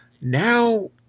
Now